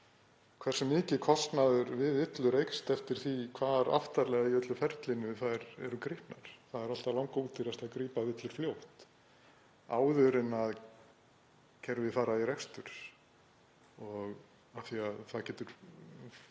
hversu mikið kostnaður við villur eykst eftir því hversu aftarlega í öllu ferlinu þær eru gripnar. Það er alltaf langódýrast að grípa villur fljótt, áður en að kerfið fer í rekstur. Það getur verið